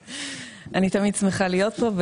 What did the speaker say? אני תמיד שמחה להיות פה.